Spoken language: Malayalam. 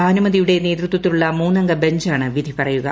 ഭാനുമതിയുടെ നേതൃത്വത്തിലുള്ള മൂന്നംഗ ബഞ്ചാണ് വിധി പറയുക